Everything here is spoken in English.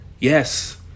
Yes